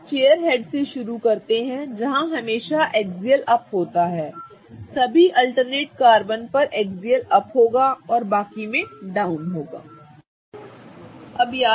आप chair head से शुरू करते हैं जहां हमेशा एक्सियल अप होता है सभी अल्टरनेट कार्बन पर एक्सियल अप होगा और बाकी में डाउन ठीक है